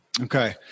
Okay